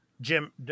Jim